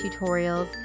tutorials